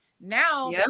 Now